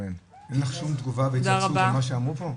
אין לך שום תגובה או התנצלות על מה שאמרו פה?